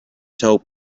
told